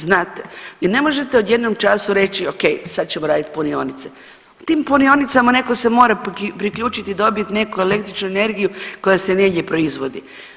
Znate, jer ne možete u jednom času reći, okej, sad ćemo raditi punionice, tim punionicama netko se mora priključiti i dobiti neku električnu energiju koja se negdje proizvodi.